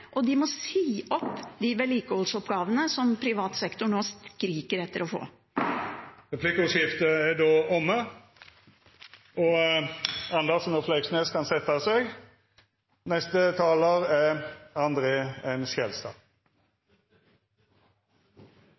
og de må stoppe de vedlikeholdsoppgavene som privat sektor nå skriker etter å få. Replikkordskiftet er omme.